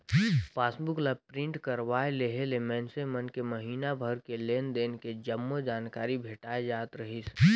passbook ला print करवाये लेहे ले मइनसे मन के महिना भर के लेन देन के जम्मो जानकारी भेटाय जात रहीस